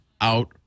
Out